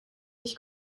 ich